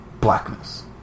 blackness